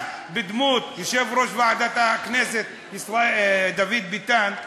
בדמות יושב-ראש ועדת הכנסת דוד ביטן,